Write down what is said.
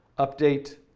update,